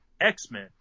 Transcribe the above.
X-Men